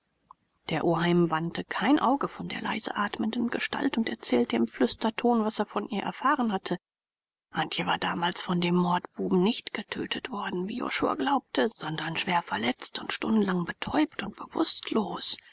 der oheim wandte kein auge von der leise atmenden gestalt und erzählte im flüsterton was er von ihr erfahren hatte antje war damals von dem mordbuben nicht getötet worden wie josua glaubte sondern schwerverletzt und stundenlang betäubt und bewußtlos